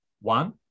One